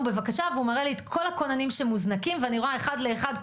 'נו בבקשה' והוא מראה לי את כל הכוננים שמוזנקים ואני רואה אחד לאחד,